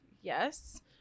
yes